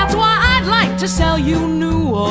um ah like to sell you new